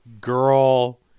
girl